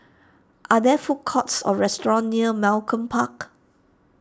are there food courts or restaurants near Malcolm Park